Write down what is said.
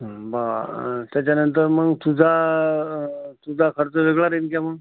बरं त्याच्यानंतर मग तुझा तुझा खर्च वेगळा राहील काय मग